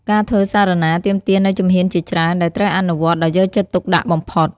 ការធ្វើសារណាទាមទារនូវជំហានជាច្រើន ដែលត្រូវអនុវត្តដោយយកចិត្តទុកដាក់បំផុត។